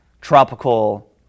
tropical